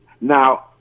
Now